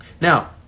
Now